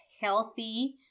healthy